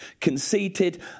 Conceited